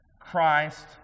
Christ